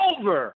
over